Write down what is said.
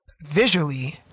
Visually